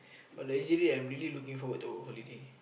but leisurely I am really looking forward to our holiday